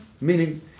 Meaning